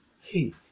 hey